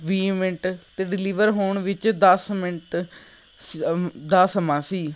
ਵੀਹ ਮਿੰਟ ਅਤੇ ਡਿਲੀਵਰ ਹੋਣ ਵਿੱਚ ਦਸ ਮਿੰਟ ਸ ਦਾ ਸਮਾਂ ਸੀ